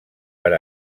per